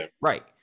Right